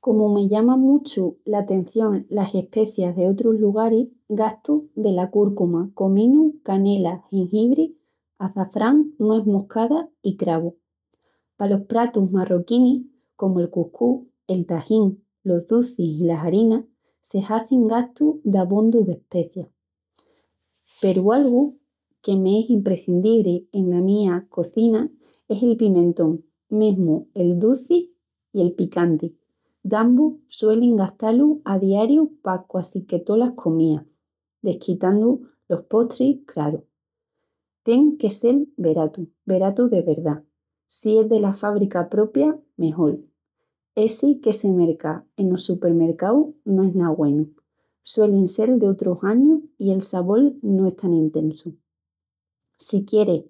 Comu me llama muchu l'atención las especias d'otrus lugaris, gastu dela cúrcuma, cominu, canela, jengibri, açafrán, nues moscada i cravu. Palos pratus marroquinis, comu el cuscús, el tajín, los ducis i la harira, se hazin gastu d'abondu d'especias. Peru algu que m'es imprecindibri ena mi cozina es el pimientón, mesmu el duci i el picanti. Dambus suelu gastá-lus a diariu pa quasi que tolas comías, desquitandu los postris, craru. Tien que sel veratu, veratu de verdá, si es dela fábrica propia mejol. Essi que se merca enos supermercaus no es na güenu, suelin de sel d´otrus añus i el sabol no es tan intensu. Si quieris